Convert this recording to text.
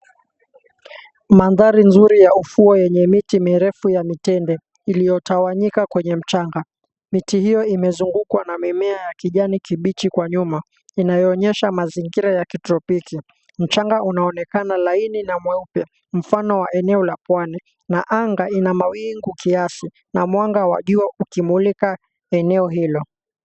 Mandhari nzuri ya ufuo yenye miti mirefu ya mitende iliyotawanyika kwenye mchanga. Miti hiyo imezungukwa na mimea ya kijani kibichi kwa nyuma inayoonyesha mazingira ya kitropiki. Mchanga unaonekana laini na mweupe mfano wa eneo la pwani, na anga ina mawingu kiasi na mwanga wa jua ukimulika eneo hilo.